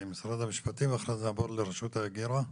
אוקיי, משרד המשפטים ואחר כך נעבור לרשות ההגירה.